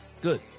Good